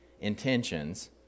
intentions